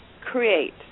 Create